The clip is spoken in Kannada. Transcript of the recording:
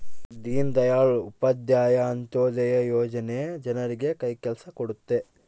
ಈ ದೀನ್ ದಯಾಳ್ ಉಪಾಧ್ಯಾಯ ಅಂತ್ಯೋದಯ ಯೋಜನೆ ಜನರಿಗೆ ಕೈ ಕೆಲ್ಸ ಕೊಡುತ್ತೆ